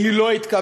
והיא לא התקבלה.